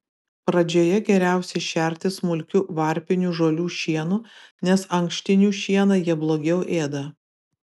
pradžioje geriausia šerti smulkiu varpinių žolių šienu nes ankštinių šieną jie blogiau ėda